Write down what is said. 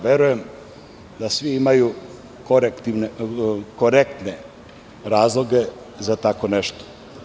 Verujem da svi imaju korektne razloge za tako nešto.